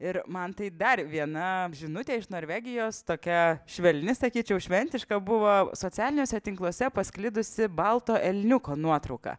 ir mantai dar viena žinutė iš norvegijos tokia švelni sakyčiau šventiška buvo socialiniuose tinkluose pasklidusi balto elniuko nuotrauka